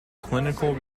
clinical